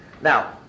Now